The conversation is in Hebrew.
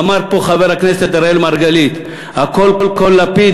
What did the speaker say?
אמר פה חבר הכנסת אראל מרגלית: הקול קול לפיד,